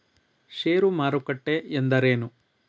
ಷೇರು ಮಾರುಕಟ್ಟೆ ಎಂದರೇನು?